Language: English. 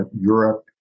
europe